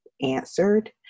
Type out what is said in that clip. answered